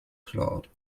cloud